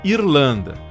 Irlanda